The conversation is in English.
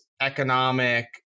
economic